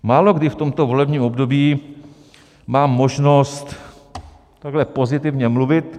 Málokdy v tomto volebním období mám možnost takhle pozitivně mluvit.